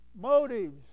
motives